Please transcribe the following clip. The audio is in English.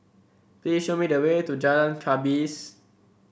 please show me the way to Jalan Gapis